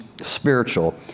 spiritual